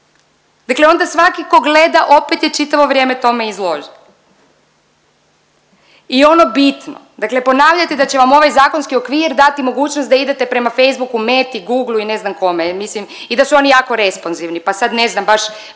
dakle onda svaki ko gleda opet je čitavo vrijeme tome izložen. I ono bitno, dakle ponavljate da će vam ovaj zakonski okvir dati mogućnost da idete prema Facebooku, Meti, Googlu i ne znam kome mislim i da su oni jako responzivni, pa sad ne znam baš